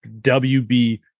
WB